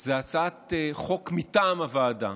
זה הצעת חוק מטעם הוועדה.